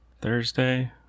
Thursday